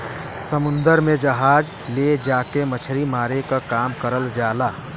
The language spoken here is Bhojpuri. समुन्दर में जहाज ले जाके मछरी मारे क काम करल जाला